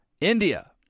India